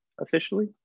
officially